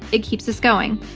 it keeps us going.